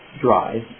drive